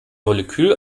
molekül